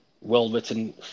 well-written